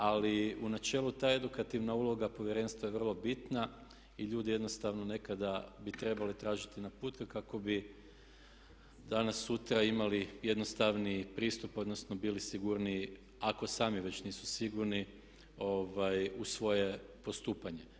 Ali u načelu ta edukativna uloga Povjerenstva je vrlo bitna i ljudi jednostavno nekada bi trebali tražiti naputke kako bi danas sutra imali jednostavniji pristup odnosno bili sigurniji ako sami već nisu sigurni u svoje postupanje.